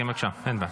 בבקשה, אין בעיה.